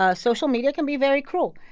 ah social media can be very cruel.